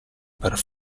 per